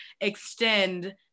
extend